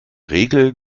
regel